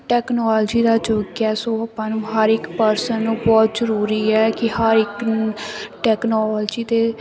technology ਦਾ ਯੁੱਗ ਹੈ ਸੋ ਆਪਾਂ ਨੂੰ ਹਰ ਇੱਕ ਪਰਸਨ ਨੂੰ ਬਹੁਤ ਜ਼ਰੂਰੀ ਹੈ ਕਿ ਹਰ ਇੱਕ ਨੂੰ ਟੈਕਨੋਲਜੀ ਦੇ